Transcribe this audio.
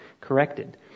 corrected